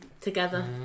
together